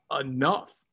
enough